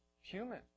human